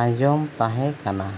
ᱟᱸᱡᱚᱢ ᱛᱟᱦᱮᱸ ᱠᱟᱱᱟ